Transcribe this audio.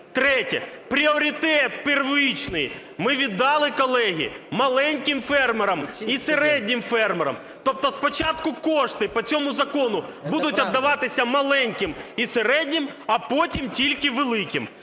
Третє. Пріоритет первичний ми віддали, колеги, маленьким фермерам і середнім фермерам. Тобто спочатку кошти по цьому закону будуть віддаватися маленьким і середнім, а потім тільки великим.